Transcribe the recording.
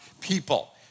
people